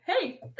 hey